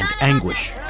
anguish